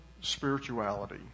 spirituality